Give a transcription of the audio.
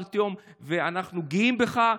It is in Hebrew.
ארטיום, ואנחנו גאים בך.